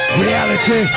reality